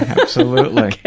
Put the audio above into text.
absolutely. okay.